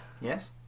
Yes